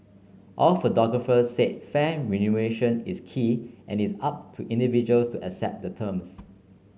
all photographers said fair remuneration is key and it is up to individuals to accept the terms